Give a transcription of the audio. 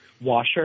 washer